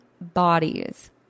bodies